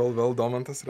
kol vėl domantas